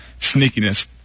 sneakiness